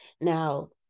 now